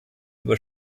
über